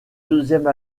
deuxième